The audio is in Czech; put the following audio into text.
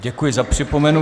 Děkuji za připomenutí.